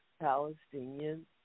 Palestinian